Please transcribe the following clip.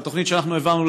התוכנית שאנחנו העברנו,